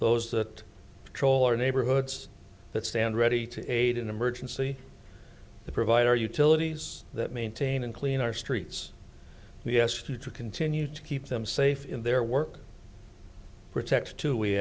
those that control our neighborhoods that stand ready to aid in emergency the provider utilities that maintain and clean our streets we ask you to continue to keep them safe in their work protect to we